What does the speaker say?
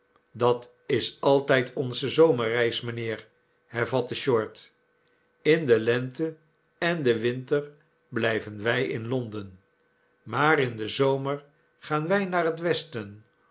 dat is altijd onze zomerreis mijnheer hervatte short in de lente en den winter blijven wij in londen maar in denzomergaan wij naar het westen